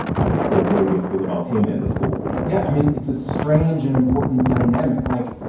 i guess, the way they feel about him and the school yeah, i mean, it's a strange and important dynamic, like,